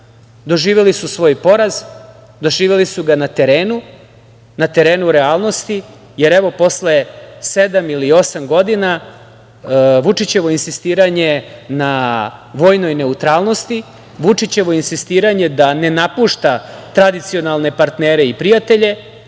doživeli su svoj poraz, doživeli su ga na terenu realnosti, jer, evo, posle sedam ili osam godina Vučićevo insistiranje na vojnoj neutralnosti, Vučićevo insistiranje da ne napušta tradicionalne partnere i prijatelje,